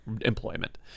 employment